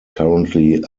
currently